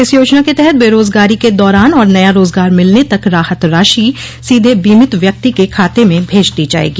इस योजना के तहत बेरोजगारी के दौरान और नया रोजगार मिलने तक राहत राशि सीधे बीमित व्यक्ति के खाते में भेज दी जाएगी